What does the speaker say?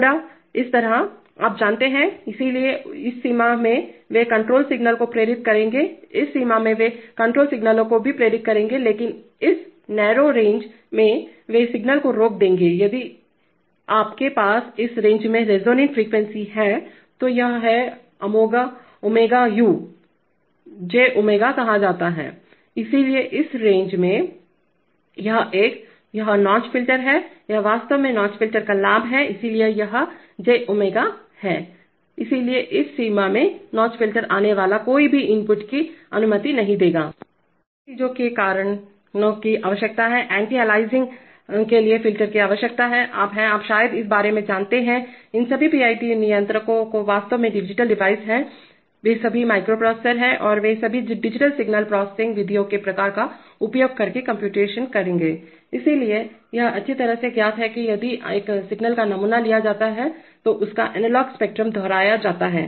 थोड़े इस तरह आप जानते हैं इसलिए इस सीमा में वे कण्ट्रोल सिग्नल्स को पारित करेंगे इस सीमा में वे कण्ट्रोल सिग्नल्स को भी पारित करेंगे लेकिन इस नैरो रेंज में वे सिग्नल्स को रोक देंगे इसलिए यदि आपके पास इस रेंज में रेसोनेन्ट फ्रीक्वेंसी है तो यह है ओमेगा इसे यू ओमेगा जे ओमेगा कहा जाता है इसलिए इस रेंज में यह एक यह नौच फ़िल्टर है यह वास्तव में नौच फ़िल्टर का लाभ है इसलिए यह जी है इसलिए इस सीमा में नौच फ़िल्टर आने वाला कोई भी इनपुट की अनुमति नहीं देगा तो ऐसी चीजों को करने की आवश्यकता है आपको एंटी अलियासिंग के लिए फिल्टर की आवश्यकता है आप हैं आप शायद इस बारे में जानते हैं कि इन सभी पीआईडी नियंत्रकों वास्तव में डिजिटल डिवाइस हैं वे सभी में माइक्रोप्रोसेसर हैं और वे सभी डिजिटल सिग्नल प्रोसेसिंग विधियों के प्रकार का उपयोग करके कम्प्यूटेशन करेंगे इसलिए यह अच्छी तरह से ज्ञात है कि यदि एक सिग्नल का नमूना लिया जाता है तो उसका एनालॉग स्पेक्ट्रम दोहराया जाता है